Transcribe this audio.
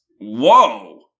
Whoa